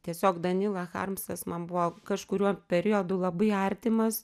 tiesiog danila harmsas man buvo kažkuriuo periodu labai artimas